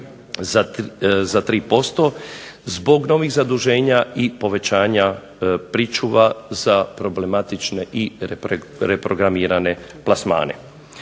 za 3% zbog novih zaduženja i povećanja pričuva za problematične i reprogramirane plasmane.